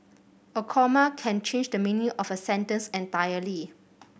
a comma can change the meaning of a sentence entirely